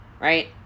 Right